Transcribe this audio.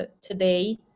today